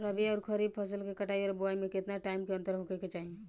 रबी आउर खरीफ फसल के कटाई और बोआई मे केतना टाइम के अंतर होखे के चाही?